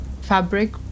fabric